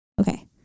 Okay